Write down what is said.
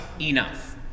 enough